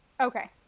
Okay